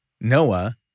Noah